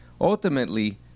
Ultimately